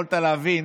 יכולת להבין